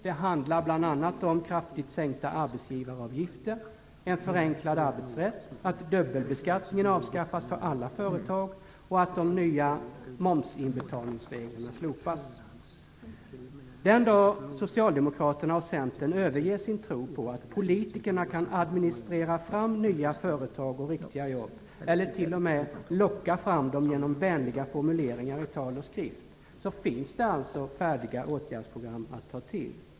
Det handlar bl.a. om kraftigt sänkta arbetsgivaravgifter, om en förenklad arbetsrätt, om att dubbelbeskattningen avskaffas för alla företag och om att de nya momsinbetalningsreglerna slopas. Den dag Socialdemokraterna och Centern överger sin tro på att politikerna kan administrera fram nya företag och riktiga jobb - eller t.o.m. locka fram dem genom vänliga formuleringar i tal och skrift - finns det alltså färdiga åtgärdsprogram att ta till.